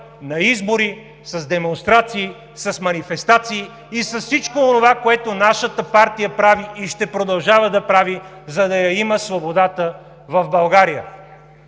на избори, с демонстрации, с манифестации и с всичко онова, което нашата партия прави и ще продължава да прави, за да я има свободата в България.